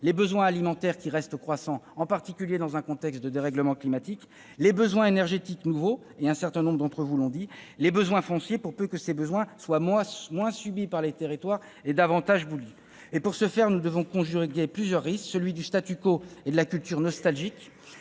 les besoins alimentaires qui restent importants, en particulier dans un contexte de dérèglement climatique ; les besoins énergétiques nouveaux rappelés par certains d'entre vous ; les besoins fonciers pour peu qu'ils soient moins subis par les territoires et davantage voulus. Pour ce faire, nous devons conjurer plusieurs risques. Celui du et de la culture d'une nostalgie,